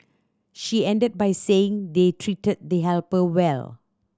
she ended by saying they treated the helper well